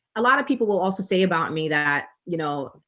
a lot of people will also say about me that you know,